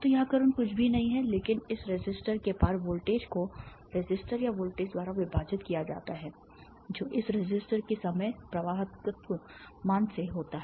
तो यह करंट कुछ भी नहीं है लेकिन इस रेसिस्टर के पार वोल्टेज को रेसिस्टर या वोल्टेज द्वारा विभाजित किया जाता है जो इस रेसिस्टर के समय प्रवाहकत्त्व मान से होता है